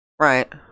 Right